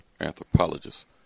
anthropologist